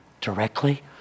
directly